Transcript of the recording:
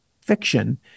fiction